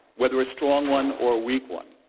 whether a strong one or a weak one.